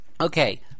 Okay